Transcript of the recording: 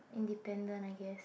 independent I guess